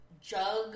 jug